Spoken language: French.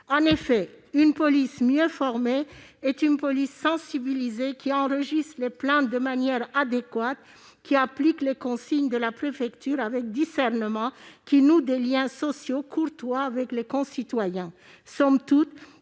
En effet, une police mieux formée est une police sensibilisée qui enregistre les plaintes de manière adéquate, qui applique les consignes de la préfecture avec discernement et qui noue des liens sociaux courtois avec les concitoyens. Somme toute,